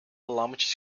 lammetjes